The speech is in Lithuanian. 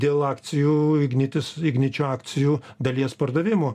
dėl akcijų ignitis igničio akcijų dalies pardavimo